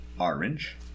orange